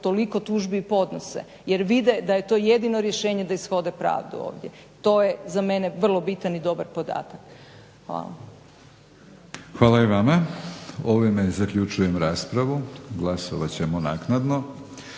toliko tužbi podnose jer vide da je to jedino rješenje da ishode pravdu ovdje. To je za mene vrlo bitan i dobar podatak. Hvala. **Batinić, Milorad (HNS)** Hvala i vama. Ovime zaključujem raspravu. Glasovat ćemo naknadno.